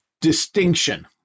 distinction